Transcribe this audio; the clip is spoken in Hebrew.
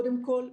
קודם כל,